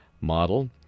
model